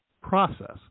process